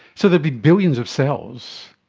so there'd be billions of cells.